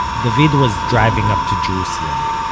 david was driving up to jerusalem.